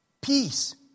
Peace